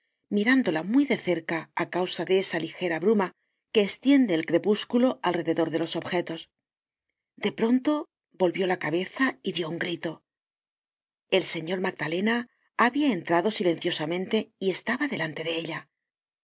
mirándolas muy de cerca á causa de esa ligera bruma que estiende el crepúsculo alrededor de los objetos de pronto volvió la cabeza y dió un grito el señor magdalena habia entrado silenciosamente y estaba delante de ella